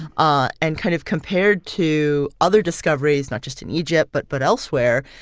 ah and kind of compared to other discoveries not just in egypt but but elsewhere,